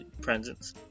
presence